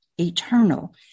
eternal